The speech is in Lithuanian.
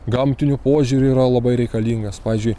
gamtiniu požiūriu yra labai reikalingas pavyzdžiui